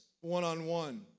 one-on-one